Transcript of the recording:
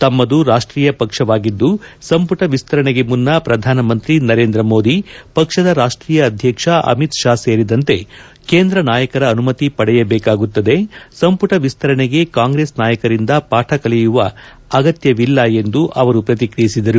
ತಮ್ನದು ರಾಷ್ವೀಯ ಪಕ್ಷವಾಗಿದ್ದು ಸಂಪುಟ ವಿಸ್ತರಣೆಗೆ ಮುನ್ನ ಪ್ರಧಾನಿ ನರೇಂದ್ರ ಮೋದಿ ಪಕ್ಷದ ರಾಷ್ವೀಯ ಅಧ್ಯಕ್ಷ ಅಮಿತ್ ಷಾ ಸೇರಿದಂತೆ ಕೇಂದ್ರ ನಾಯಕರ ಅನುಮತಿ ಪಡೆಯಬೇಕಾಗುತ್ತದೆ ಸಂಪುಟ ವಿಸ್ತರಣೆಗೆ ಕಾಂಗ್ರೆಸ್ ನಾಯಕರಿಂದ ಪಾಠ ಕಲಿಯುವ ಅಗತ್ತವಿಲ್ಲ ಎಂದು ಅವರು ಪ್ರತಿಕ್ರಿಯಿಸಿದರು